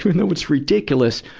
know it's ridiculous,